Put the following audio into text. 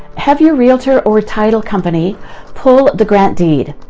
have your realtor or title company pull the grant deed.